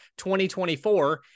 2024